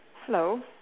hello